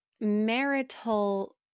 marital